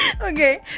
Okay